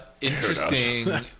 Interesting